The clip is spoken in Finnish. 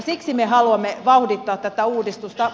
siksi me haluamme vauhdittaa tätä uudistusta